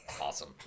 Awesome